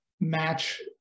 match